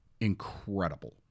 incredible